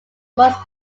most